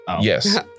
Yes